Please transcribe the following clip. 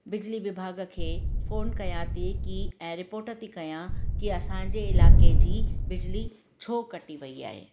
बिजली विभाग खे फ़ोन कयां थी की ऐं रिपोर्ट थी कयां की असांजे इलाइक़े जी बिजली छो कटी पई आहे